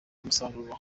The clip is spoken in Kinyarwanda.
musaruro